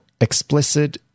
explicit